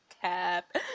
Cap